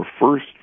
first